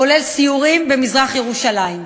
כולל סיורים במזרח-ירושלים.